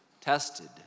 tested